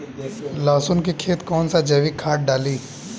लहसुन के खेत कौन सा जैविक खाद डाली?